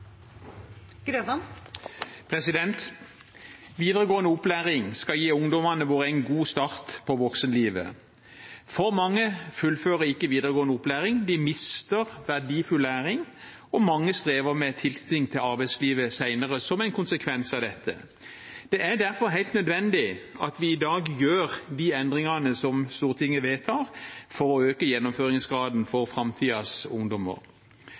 Videregående opplæring skal gi ungdommene våre en god start på voksenlivet. Altfor mange fullfører ikke videregående opplæring, de mister verdifull læring, og mange strever med tilknytning til arbeidslivet senere som en konsekvens av dette. Det er derfor helt nødvendig at vi i dag gjør de endringene som Stortinget vedtar, for å øke gjennomføringsgraden for framtidens ungdommer.